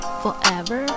forever